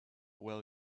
well